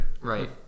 right